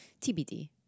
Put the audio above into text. TBD